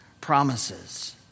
promises